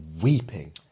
weeping